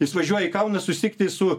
jis važiuoja į kauną susitikti su